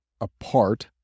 apart